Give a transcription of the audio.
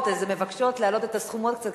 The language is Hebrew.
הן מבקשות להעלות את הסכום עוד קצת,